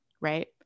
Right